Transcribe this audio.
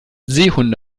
seehunde